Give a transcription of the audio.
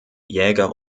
jäger